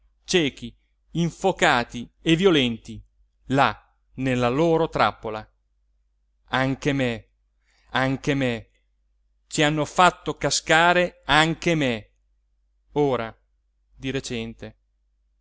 ciechi infocati e violenti là nella loro trappola anche me anche me ci hanno fatto cascare anche me ora di recente